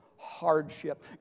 Hardship